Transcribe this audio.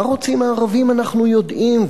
מה רוצים הערבים אנחנו יודעים,